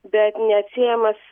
bet neatsiejamas